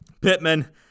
Pittman